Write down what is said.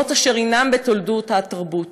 להיות אשר הנם בתולדות התרבות.